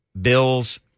Bills